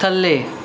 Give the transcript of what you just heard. ਥੱਲੇ